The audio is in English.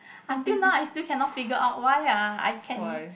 until now I still cannot figure out why ah I can